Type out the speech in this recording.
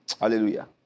Hallelujah